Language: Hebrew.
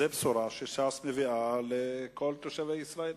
זאת בשורה שש"ס מביאה לכל תושבי ישראל.